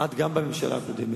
את זוכרת היטב שגם בממשלה הקודמת,